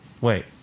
Wait